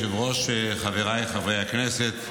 אדוני היושב-ראש, חבריי חברי הכנסת,